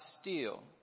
steal